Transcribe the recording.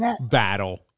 battle